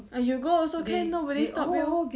you go also can nobody stop you